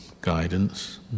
guidance